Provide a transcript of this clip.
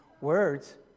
words